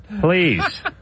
Please